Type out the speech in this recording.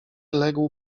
legł